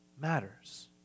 matters